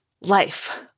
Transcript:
life